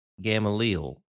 Gamaliel